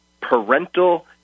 parental